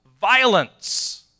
violence